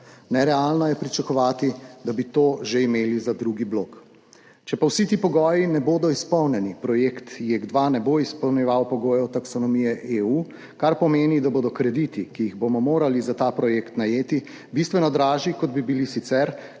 Nerealno je pričakovati, da bi to že imeli za drugi blok. Če pa vsi ti pogoji ne bodo izpolnjeni, projekt JEK2 ne bo izpolnjeval pogojev taksonomije EU, kar pomeni, da bodo krediti, ki jih bomo morali najeti za ta projekt, bistveno dražji, kot bi bili sicer,